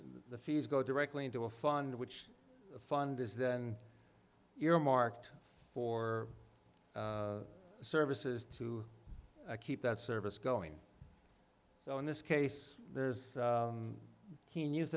the fees go directly into a fund which fund is then you're marked for services to keep that service going so in this case there's he knew